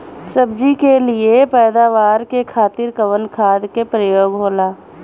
सब्जी के लिए पैदावार के खातिर कवन खाद के प्रयोग होला?